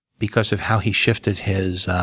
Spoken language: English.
because of how he shifted his